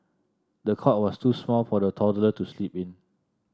the cot was too small for the toddler to sleep in